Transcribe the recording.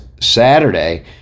Saturday